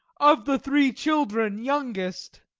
of the three children youngest,